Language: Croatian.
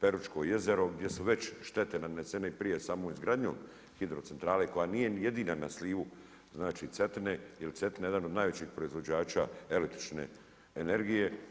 Peručko jezero gdje su već štete nanesene i prije samom izgradnjom hidrocentrale koje nije jedina na slivu, znači Cetina jer je Cetina jedna od najvećih proizvođača električne energije.